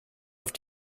aufs